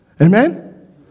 Amen